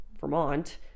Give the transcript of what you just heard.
Vermont